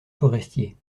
forestiers